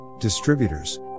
distributors